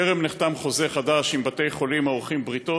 טרם נחתם חוזה חדש עם בתי-החולים העורכים בריתות.